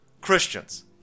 Christians